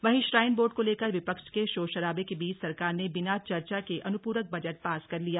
वहीं shrine board को लेकर विपक्ष के शोर शराबे के बीच सरकार ने बिना चर्चा के अनुपूरक बजट पास कर लिया